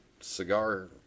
cigar